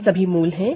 यह सभी रूट है